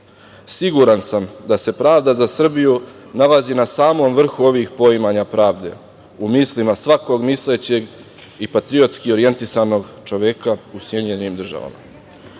Siguran sam da se pravda za Srbiju nalazi na samom vrhu svih poimanja pravde, u mislima svakog mislećeg i patriotski orjentisanog čoveka u SAD.Poštovani